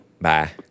Bye